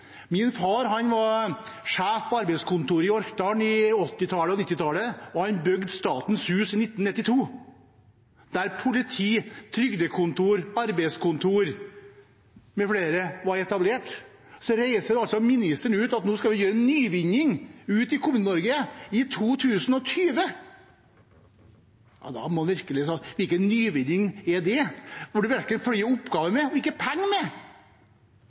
Min far var sjef på arbeidskontoret i Orkdal på 1980- og 1990-tallet, og han bygde Statens hus i 1992, der politi, trygdekontor, arbeidskontor mfl. var etablert. Nå reiser altså distriktsministeren rundt og sier at de skal komme med en nyvinning i Kommune-Norge – i 2020. Hvilken nyvinning er det? Det følger verken oppgaver eller penger med. Dette handler ikke om distriktspolitikk eller fornying – det handler gammeldags politikk. Vil man noe, må man